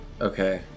Okay